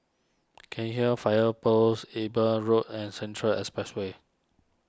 Cairnhill Fire Post Eben Road and Central Expressway